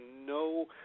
no